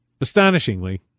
Astonishingly